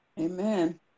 Amen